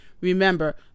Remember